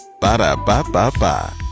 Ba-da-ba-ba-ba